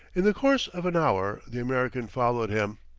in the course of an hour the american followed him.